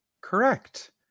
Correct